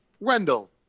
Rendell